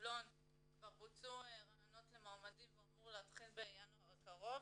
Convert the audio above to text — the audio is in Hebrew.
בחולון כבר בוצעו ראיונות למועמדים והוא אמור להתחיל בינואר הקרוב